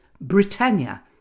Britannia